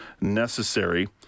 necessary